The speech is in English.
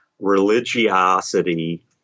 religiosity